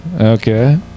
Okay